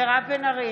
מירב בן ארי,